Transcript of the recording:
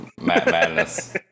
Madness